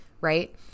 right